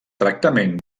tractament